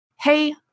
hey